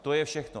To je všechno.